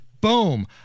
Boom